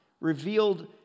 revealed